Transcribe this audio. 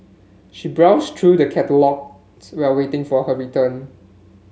she browsed through the catalogues while waiting for her return